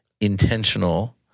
intentional